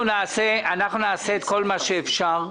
אנחנו נעשה את כל מה שאפשר.